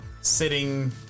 sitting